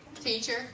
Teacher